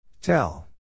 Tell